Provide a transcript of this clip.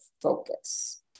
focus